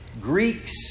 Greeks